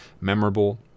memorable